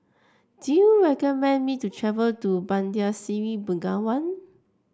do you recommend me to travel to Bandar Seri Begawan